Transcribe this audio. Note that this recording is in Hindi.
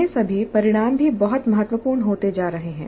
ये सभी परिणाम भी बहुत महत्वपूर्ण होते जा रहे हैं